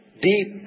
deep